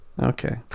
okay